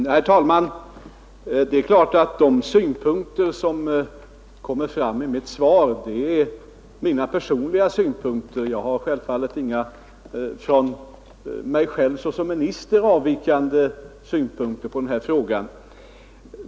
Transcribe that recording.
Herr talman! De synpunkter som kommer fram i mitt svar är naturligtvis mina personliga synpunkter — jag har självfallet inga från mig själv såsom statsråd avvikande synpunkter på denna fråga.